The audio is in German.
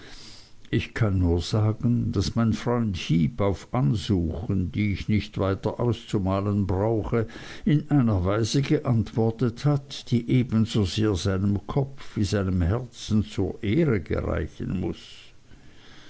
ich kann nur sagen daß mein freund heep auf ansuchen die ich nicht weiter auszumalen brauche in einer weise geantwortet hat die eben so sehr seinem kopf wie seinem herzen zur ehre gereichen muß